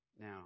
Now